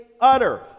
utter